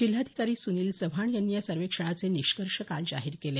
जिल्हाधिकारी सुनील चव्हाण यांनी या सर्वेक्षणाचे निष्कर्ष काल जाहीर केले